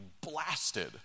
blasted